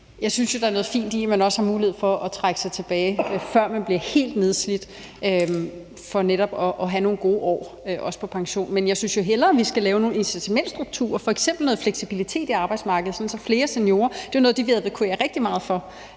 Jeg synes, der er noget fint i, at man også har mulighed for at trække sig tilbage, før man bliver helt nedslidt, for netop at have nogle gode år også på pension. Men jeg synes hellere, vi skulle lave nogle incitamentsstrukturer, f.eks. noget fleksibilitet i arbejdsmarkedet, sådan at vi får flere seniorer – det er jo noget af det, vi advokerer rigtig meget for